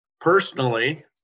Personally